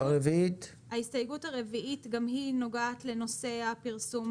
ההסתייגות הרביעית גם היא נוגעת לנושא הפרסום